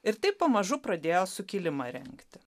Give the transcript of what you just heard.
ir taip pamažu pradėjo sukilimą rengti